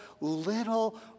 little